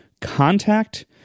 contact